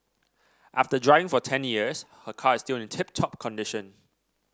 after driving for ten years her car is still in tip top condition